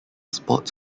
sports